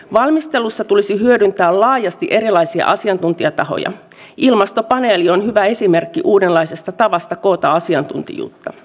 jos sieltä nyt kaikki lähtevät pois niin mikä on tämä afganistanin tulevaisuus loppujen lopuksi